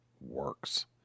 works